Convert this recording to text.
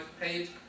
paid